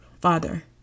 father